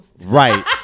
Right